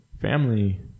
family